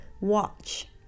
Watch